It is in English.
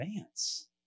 advance